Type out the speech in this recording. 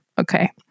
Okay